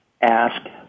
ask